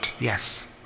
Yes